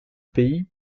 pays